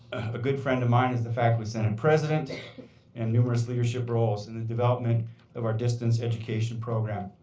a good friend of mine as the faculty senate president and numerous leadership roles in the development of our distant education program.